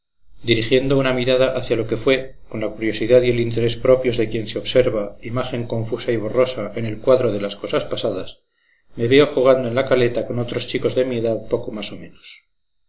dirigiendo una mirada hacia lo que fue con la curiosidad y el interés propios de quien se observa imagen confusa y borrosa en el cuadro de las cosas pasadas me veo jugando en la caleta con otros chicos de mi edad poco más o menos